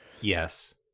yes